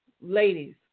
ladies